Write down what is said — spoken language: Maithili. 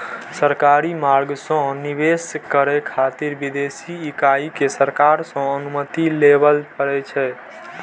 सरकारी मार्ग सं निवेश करै खातिर विदेशी इकाई कें सरकार सं अनुमति लेबय पड़ै छै